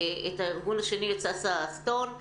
את סאסא סטון,